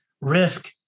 risk